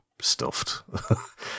stuffed